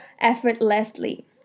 effortlessly